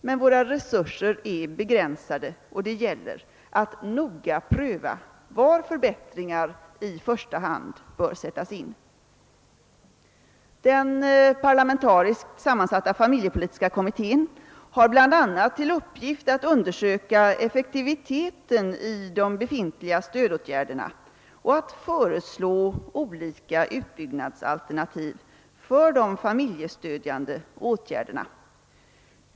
Men våra resurser är begränsade, och det gäller att noga pröva var förbättringar i första hand bör sättas in. Den parlamentariskt sammansatta familjepolitiska kommittén har bl.a. till uppgift att undersöka effektiviteten av de befintliga stödåtgärderna och att föreslå olika utbyggnadsalternativ för de familjestödjande åtgärderna.